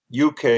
UK